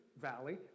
Valley